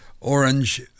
orange